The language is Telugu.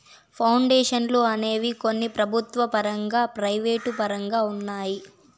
పౌండేషన్లు అనేవి కొన్ని ప్రభుత్వ పరంగా ప్రైవేటు పరంగా ఉన్నాయి